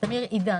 תמיר עידאן,